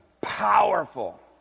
powerful